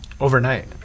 Overnight